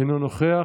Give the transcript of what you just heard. אינו נוכח.